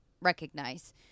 recognize